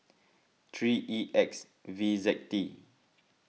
three E X V Z T